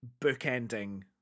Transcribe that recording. bookending